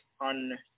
on